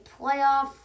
playoff